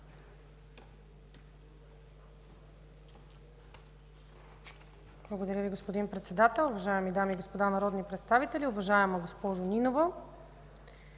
Благодаря, господин Председател. Уважаеми дами и господа народни представители, уважаеми господин